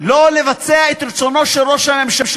שלא לבצע את רצונו של ראש הממשלה,